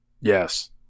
Yes